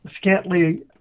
scantily